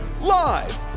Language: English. Live